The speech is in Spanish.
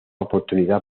oportunidad